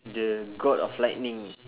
the god of lightning